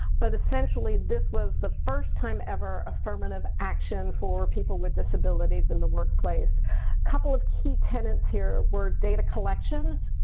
but essentially, this was the first time ever affirmative action for people with disabilities in the workplace. a couple of key tenants here were data collections,